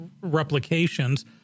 replications—